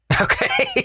Okay